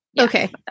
Okay